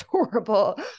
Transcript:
adorable